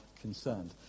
concerned